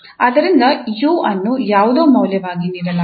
ಆದ್ದರಿಂದ 𝑢 ಅನ್ನು ಯಾವುದೊ ಮೌಲ್ಯವಾಗಿ ನೀಡಲಾಗಿದೆ